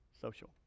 social